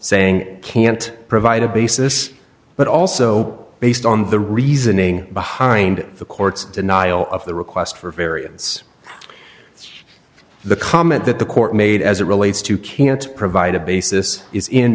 saying it can't provide a basis but also based on the reasoning behind the court's denial of the request for a variance it's the comment that the court made as it relates to kant's provide a basis is in